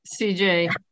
CJ